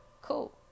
cool